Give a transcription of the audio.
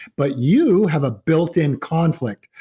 but you have a built in conflict,